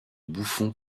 bouffon